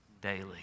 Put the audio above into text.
Daily